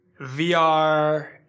VR